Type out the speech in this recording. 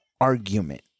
argument